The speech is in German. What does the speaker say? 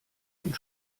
und